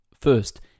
First